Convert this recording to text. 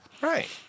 Right